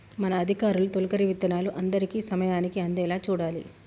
మన అధికారులు తొలకరి విత్తనాలు అందరికీ సమయానికి అందేలా చూడాలి